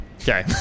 okay